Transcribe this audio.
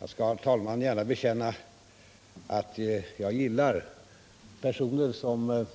Jag skall, herr talman, gärna bekänna att jag gillar personer som